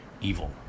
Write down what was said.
evil